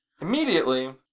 Immediately